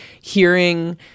hearing